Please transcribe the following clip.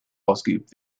ausgeübt